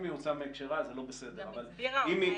אם היא הוצאה מהקשרה זה לא בסדר -- היא גם הסבירה אותה.